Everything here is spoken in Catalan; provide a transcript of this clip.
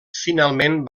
finalment